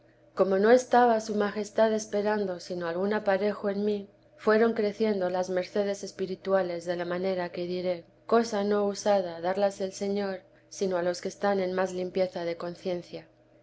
como no estaba su majestad esperando sino algún aparejo en mí fueron creciendo las mercedes espirituales de la manera que diré cosa no usada darlas el señor sino a los que están en más limpieza de conciencia